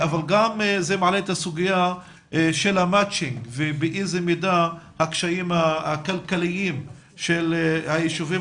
זה מעלה את הסוגיה של המצ'ינג ובאיזה מידה הקשיים הכלכליים של היישובים